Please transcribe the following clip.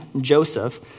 Joseph